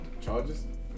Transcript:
Charges